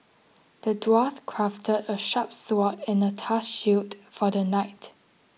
the dwarf crafted a sharp sword and a tough shield for the knight